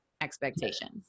expectations